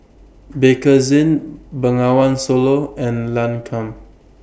Bakerzin Bengawan Solo and Lancome